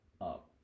up